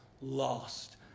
lost